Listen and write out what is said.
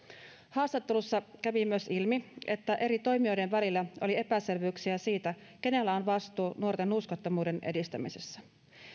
haastattelussa kävi myös ilmi että eri toimijoiden välillä oli epäselvyyksiä siitä kenellä on vastuu nuorten nuuskattomuuden edistämisessä